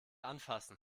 anfassen